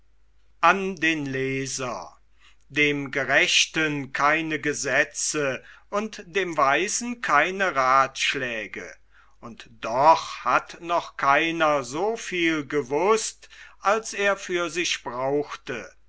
dem gerechten keine gesetze und dem weisen keine rathschläge und doch hat noch keiner so viel gewußt als er für sich brauchte